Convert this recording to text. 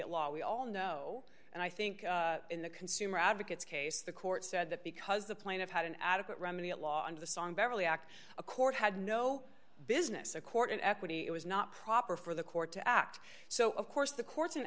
a law we all know and i think in the consumer advocates case the court said that because the plane have had an adequate remedy at law and the song beverly act a court had no business a court in equity it was not proper for the court to act so of course the courts in